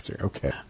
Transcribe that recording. okay